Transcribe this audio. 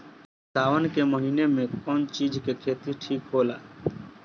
सावन के महिना मे कौन चिज के खेती ठिक होला?